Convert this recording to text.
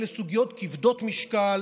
אלה סוגיות כבדות משקל.